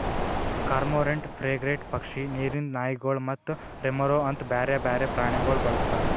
cormorant, frigate ಪಕ್ಷಿ, ನೀರಿಂದ್ ನಾಯಿಗೊಳ್ ಮತ್ತ ರೆಮೊರಾ ಅಂತ್ ಬ್ಯಾರೆ ಬೇರೆ ಪ್ರಾಣಿಗೊಳ್ ಬಳಸ್ತಾರ್